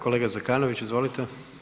Kolega Zekanović, izvolite.